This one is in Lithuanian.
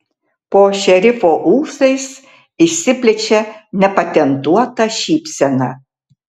po šerifo ūsais išsiplečia nepatentuota šypsena